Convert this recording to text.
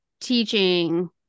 teaching